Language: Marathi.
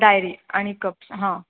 डायरी आणि कप्स हां